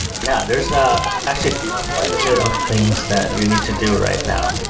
yeah, there's ah actually quite a bit of things that you need to do right now.